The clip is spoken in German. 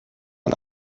und